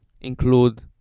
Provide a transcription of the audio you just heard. include